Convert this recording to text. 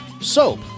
soap